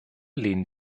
lehnen